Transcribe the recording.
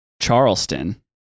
Charleston